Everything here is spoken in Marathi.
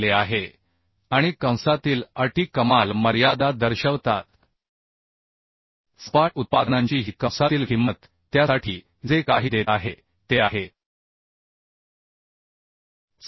समतुल्य जे येथे दिले आहे आणि कंसातील अटी कमाल मर्यादा दर्शवतात सपाट उत्पादनांची ही कंसातील किंमत त्यासाठी फ्लॅट उत्पादनासाठी जे काही देत आहे ते हे आहे